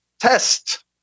test